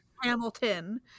Hamilton